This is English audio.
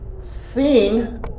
seen